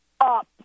up